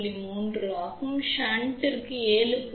3 ஆகும் ஷண்டிற்கு இது 7